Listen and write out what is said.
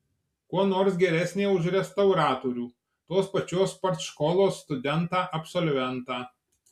kuo nors geresnė už restauratorių tos pačios partškolos studentą absolventą